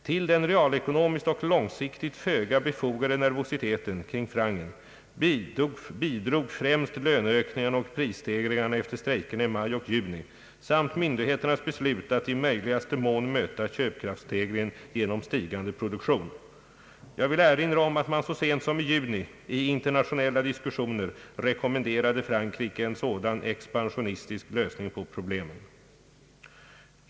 Till den realekonomiskt och långsiktigt föga befogade nervositeten kring francen bidrog främst löneökningarna och prisstegringarna efter strejkerna i maj och juni samt myndigheternas beslut att i möjligaste mån möta köpkraftsstegringen genom stigande produktion. Jag vill erinra om att man så sent som i juni i internationella diskussioner rekommenderade Frankrike en sådan expansionistisk lösning på problemen.